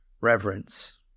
reverence